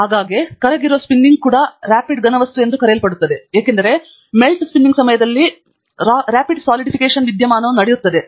ಆಗಾಗ್ಗೆ ಕರಗಿರುವ ಸ್ಪಿನ್ನಿಂಗ್ ಕೂಡ ರಾಪಿಡ್ ಘನವಸ್ತು ಎಂದು ಕರೆಯಲ್ಪಡುತ್ತದೆ ಏಕೆಂದರೆ ಮೆಲ್ಟ್ ಸ್ಪಿನ್ನಿಂಗ್ ಸಮಯದಲ್ಲಿ ರಾಪಿಡ್ ಸಾಲಿಡಿಫಿಕೇಶನ್ ವಿದ್ಯಮಾನವು ನಡೆಯುತ್ತದೆ